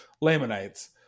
Lamanites